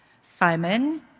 Simon